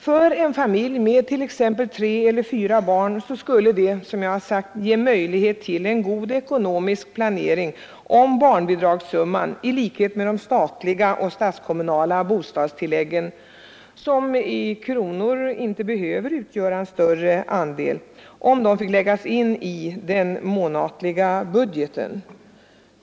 För en familj med t.ex. tre eller fyra barn skulle det, som jag har sagt, ges möjlighet till en god ekonomisk planering om barnbidragssumman i likhet med de statliga och statskommunala bostadstilläggen, som i kronor inte behöver utgöra en större andel, fick läggas in i den månatliga budgeten.